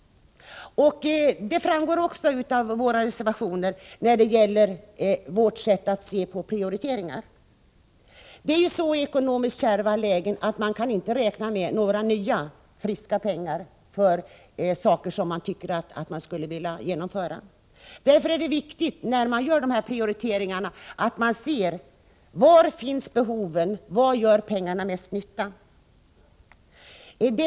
Av våra reservationer framgår vårt sätt att se på prioriteringarna. I ekonomiskt kärva lägen kan man inte räkna med några nya friska pengar för saker som man skulle vilja genomföra. När man gör dessa prioriteringar, är det därför viktigt att se var behoven finns och var pengarna gör mest nytta.